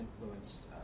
influenced